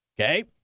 Okay